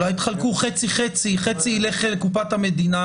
אולי תחלקו חצי-חצי, חצי יילך לקופת המדינה